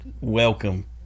welcome